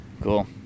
Cool